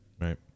Right